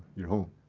you're home.